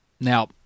Now